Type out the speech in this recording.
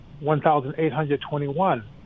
1,821